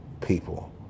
people